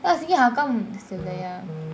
so I was thinking how come they still there ya